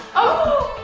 oh.